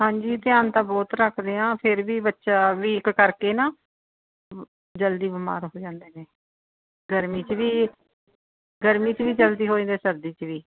ਹਾਂਜੀ ਧਿਆਨ ਤਾਂ ਬਹੁਤ ਰੱਖਦੇ ਹਾਂ ਫਿਰ ਵੀ ਬੱਚਾ ਵੀਕ ਕਰਕੇ ਨਾ ਜਲਦੀ ਬਿਮਾਰ ਹੋ ਜਾਂਦੇ ਨੇ ਗਰਮੀ 'ਚ ਵੀ ਗਰਮੀ 'ਚ ਵੀ ਜਲਦੀ ਹੋ ਜਾਂਦਾ ਸਰਦੀ 'ਚ ਵੀ